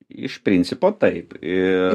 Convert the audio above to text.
iš principo taip ir